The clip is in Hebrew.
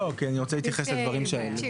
לא, כי אני רוצה להתייחס לדברים שעלו.